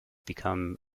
become